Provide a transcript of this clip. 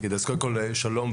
קודם כל, שלום,